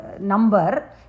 number